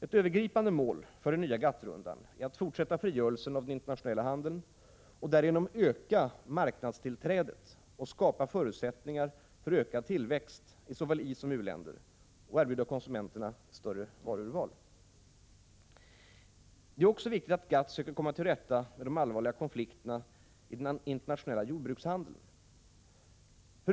Ett övergripande mål för den nya GATT-rundan är att fortsätta frigörelsen av den internationella handeln och därigenom öka marknadstillträdet, skapa förutsättningar för ökad tillväxt i såväl isom u-länder och erbjuda konsumenterna ett större urval av varor. Det är också viktigt att inom GATT söka komma till rätta med de allvarliga konflikterna i den internationella jordbrukshandeln.